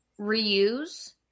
reuse